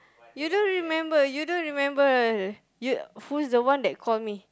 you don't remember you don't remember you who's the one that call me